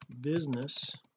business